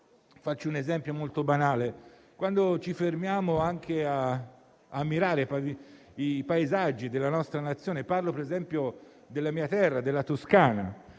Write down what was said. Faccio un esempio molto banale: quando ci fermiamo ad ammirare i paesaggi della nostra Nazione, ad esempio quelli della mia terra, la Toscana,